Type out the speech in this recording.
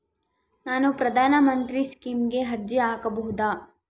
ನಾನು ಪ್ರಧಾನ ಮಂತ್ರಿ ಸ್ಕೇಮಿಗೆ ಅರ್ಜಿ ಹಾಕಬಹುದಾ?